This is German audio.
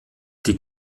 die